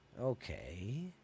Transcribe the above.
Okay